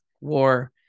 war